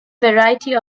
variety